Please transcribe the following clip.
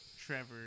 Trevor